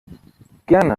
gerne